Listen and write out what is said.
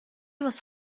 واسه